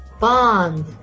Bond